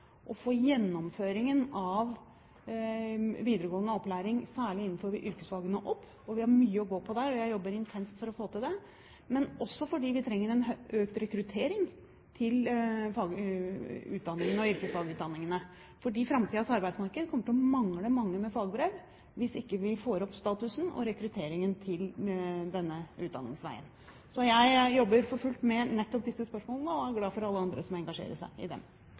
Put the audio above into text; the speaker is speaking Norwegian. å få gjennomføringen av videregående opplæring, særlig for yrkesfagene, opp – vi har mye å gå på der, og jeg jobber intenst for å få til det – også fordi vi trenger en økt rekruttering til yrkesfagutdanningene. Framtidens arbeidsmarked kommer til å mangle mange med fagbrev hvis vi ikke får opp statusen og øker rekrutteringen til denne utdanningsveien. Så jeg jobber for fullt med nettopp disse spørsmålene og er glad for alle andre som engasjerer seg i dem.